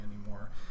anymore